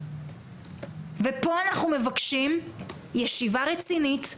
ופה אנחנו מבקשים ישיבה רצינית,